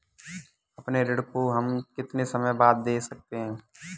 अपने ऋण को हम कितने समय बाद दे सकते हैं?